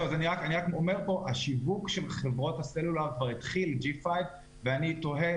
אני רק אומר כאן שהשיווק של חברות הסלולר את 5G כבר התחיל ואני תוהה,